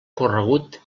corregut